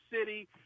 city